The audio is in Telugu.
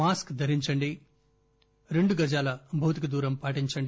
మాస్క్ ధరించండి రెండు గజాల భౌతిక దూరం పాటించండి